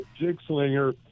jigslinger